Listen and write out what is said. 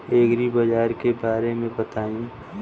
एग्रीबाजार के बारे में बताई?